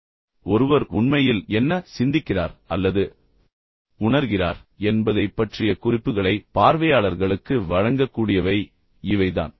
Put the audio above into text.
இப்போது ஒருவர் உண்மையில் என்ன சிந்திக்கிறார் அல்லது உணர்கிறார் என்பதைப் பற்றிய குறிப்புகளை பார்வையாளர்களுக்கு வழங்கக்கூடியவை இவைதான்